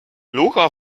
lora